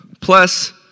plus